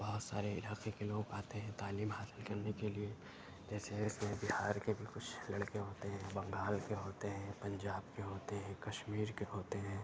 بہت سارے علاقے کے لوگ آتے ہیں تعلیم حاصل کرنے کے لیے جیسے کہ بہار کے بھی کچھ لڑکے ہوتے ہیں بنگال کے ہوتے ہیں پنجاب کے ہوتے ہیں کشمیر کے ہوتے ہیں